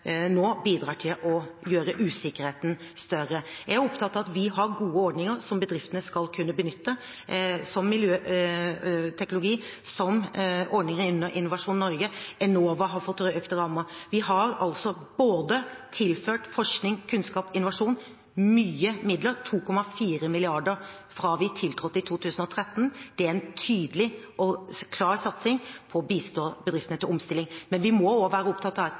bidrar til å gjøre usikkerheten større. Jeg er opptatt av at vi har gode ordninger som bedriftene skal kunne benytte, som miljøteknologi, som ordninger innen Innovasjon Norge. Enova har fått økte rammer. Vi har tilført både forskning, kunnskap og innovasjon mange midler – 2,4 mrd. kr fra vi tiltrådte i 2013. Det er en tydelig og klar satsing på å bistå bedriftene i omstilling, men vi må også være opptatt av